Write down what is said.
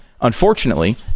unfortunately